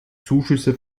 zuschüsse